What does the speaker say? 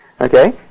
Okay